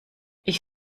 ich